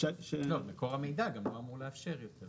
מקור המידע גם לא אמור לאפשר.